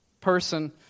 person